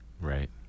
right